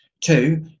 two